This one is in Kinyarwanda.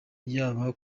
yaba